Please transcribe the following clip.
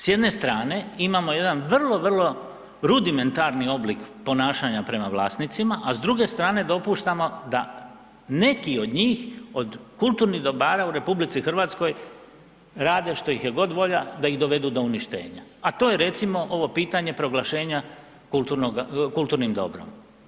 S jedne strane imamo jedan vrlo, vrlo rudimentarni oblik ponašanja prema vlasnicima, a s druge strane dopuštamo da neki od njih od kulturnih dobara u RH rade što ih je god volja da ih dovedu do uništenja, a to je recimo ovo pitanje proglašenja kulturnim dobrom.